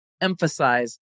emphasize